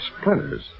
Splinters